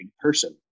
person